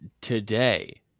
today